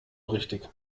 richtig